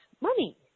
money